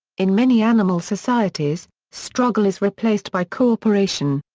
in many animal societies, struggle is replaced by co-operation.